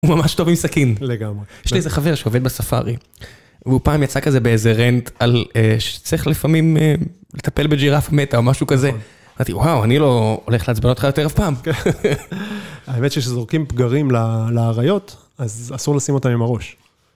הוא ממש טוב עם סכין. לגמרי. יש לי איזה חבר שעובד בספארי, והוא פעם יצא כזה באיזה רנט על... צריך לפעמים לטפל בג'ירף מתה או משהו כזה. אמרתי, וואו, אני לא הולך לעצבן אותך יותר אף פעם. האמת שכשזורקים פגרים לאריות, אז אסור לשים אותם עם הראש.